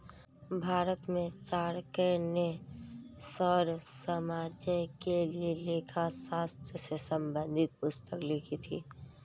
भारत में चाणक्य ने मौर्य साम्राज्य के लिए लेखा शास्त्र से संबंधित पुस्तक लिखी थी